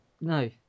No